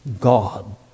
God